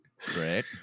Great